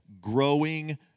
growing